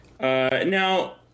Now